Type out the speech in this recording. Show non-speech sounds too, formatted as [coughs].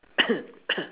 [coughs]